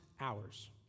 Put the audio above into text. hours